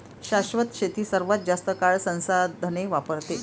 शाश्वत शेती सर्वात जास्त काळ संसाधने वापरते